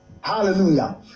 Hallelujah